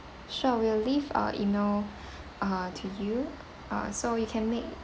sure we'll leave uh E-mail uh to you uh so you can make